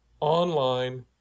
online